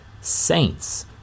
saints